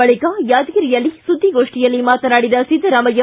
ಬಳಿಕ ಯಾದಗಿರಿಯಲ್ಲಿ ಸುದ್ದಿಗೊಪ್ಠಿಯಲ್ಲಿ ಮಾತನಾಡಿದ ಸಿದ್ದರಾಮಯ್ಯ